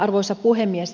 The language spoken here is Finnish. arvoisa puhemies